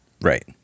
Right